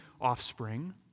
offspring